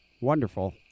Wonderful